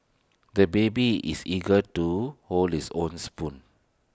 the baby is eager to hold his own spoon